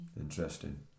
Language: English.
interesting